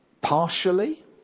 Partially